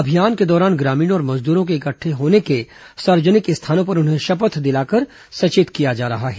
अभियान के दौरान ग्रामीणों और मजद्रों के इकटठे होने के सार्वजनिक स्थानों पर उन्हें शपथ दिलाकर सचेत किया जा रहा है